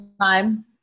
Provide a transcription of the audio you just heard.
time